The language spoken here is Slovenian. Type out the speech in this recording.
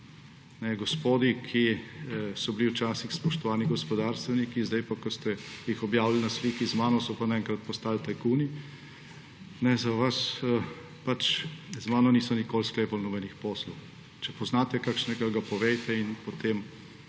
Gospodi, ki so bili včasih spoštovani gospodarstveniki, sedaj pa, ko ste jih objavili na sliki z menoj, so pa naenkrat za vas postali tajkuni, z mano niso nikoli sklepali nobenih poslov. Če poznate kakšnega, ga povejte in potem